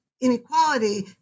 inequality